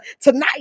tonight